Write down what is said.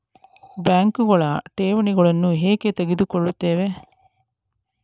ಬ್ಯಾಂಕುಗಳು ಠೇವಣಿಗಳನ್ನು ಏಕೆ ತೆಗೆದುಕೊಳ್ಳುತ್ತವೆ?